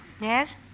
Yes